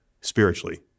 spiritually